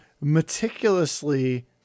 meticulously